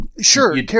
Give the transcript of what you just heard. Sure